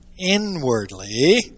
inwardly